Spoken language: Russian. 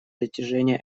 достижения